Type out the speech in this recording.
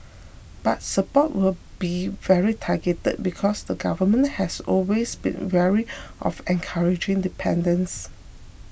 but support will be very targeted because the government has always been wary of encouraging dependence